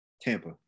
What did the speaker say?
Tampa